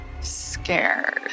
scared